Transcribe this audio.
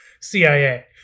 CIA